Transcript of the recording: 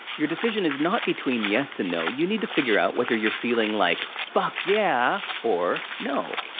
your decision is not between yes and no, you need to figure out whether you're feeling like, fuck yeah! or, no.